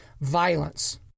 violence